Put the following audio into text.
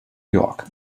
york